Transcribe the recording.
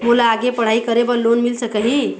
मोला आगे पढ़ई करे बर लोन मिल सकही?